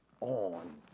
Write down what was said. on